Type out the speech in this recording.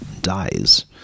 dies